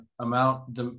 amount